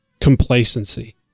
Complacency